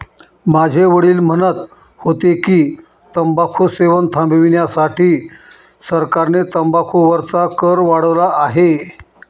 माझे वडील म्हणत होते की, तंबाखू सेवन थांबविण्यासाठी सरकारने तंबाखू वरचा कर वाढवला आहे